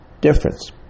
difference